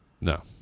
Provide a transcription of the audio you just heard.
No